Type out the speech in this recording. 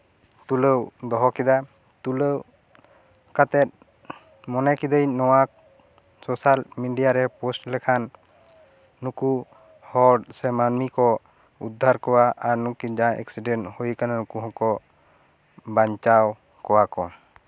ᱛᱩᱞᱟᱹᱣ ᱫᱚᱦᱚ ᱠᱮᱫᱟ ᱛᱩᱞᱟᱹᱣ ᱠᱟᱛᱮᱫ ᱢᱚᱱᱮ ᱠᱤᱫᱟᱹᱧ ᱱᱚᱶᱟ ᱥᱳᱥᱟᱞ ᱢᱮᱰᱤᱭᱟ ᱨᱮ ᱯᱳᱥᱴ ᱞᱮᱠᱷᱟᱱ ᱱᱩᱠᱩ ᱦᱚᱲ ᱥᱮ ᱢᱟᱹᱱᱢᱤ ᱠᱚ ᱩᱫᱽᱫᱷᱟᱨ ᱠᱚᱣᱟ ᱟᱨ ᱱᱩᱠᱩ ᱡᱟᱦᱟᱸ ᱮᱠᱥᱤᱰᱮᱱ ᱦᱩᱭᱟᱠᱟᱱᱟ ᱱᱩᱠᱩ ᱦᱚᱸ ᱵᱟᱧᱪᱟᱣ ᱠᱚᱣᱟ ᱠᱚ